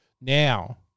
now